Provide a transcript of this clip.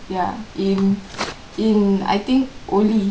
ya in in I think Oli